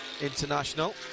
International